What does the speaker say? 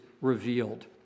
revealed